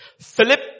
Philip